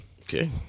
okay